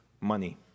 money